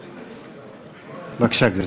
בבקשה, גברתי.